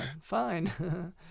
fine